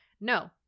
no